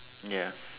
ya